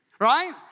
right